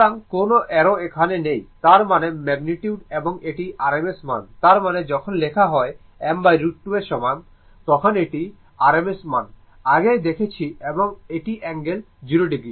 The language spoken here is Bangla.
সুতরাং কোন অ্যারো এখানে নেই মানে এটি ম্যাগনিটিউড এবং এটি rms মান তার মানে যখন লেখা হয় m√2 এর সমান তখন এটি rms মান আগে দেখেছি এবং এটি অ্যাঙ্গেল 0o